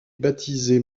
baptisé